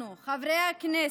מזל שאנחנו, חברי הכנסת,